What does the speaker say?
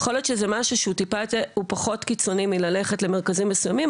יכול להיות שזה משהו שהוא פחות קיצוני מללכת למרכזים מסוימים,